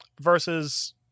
versus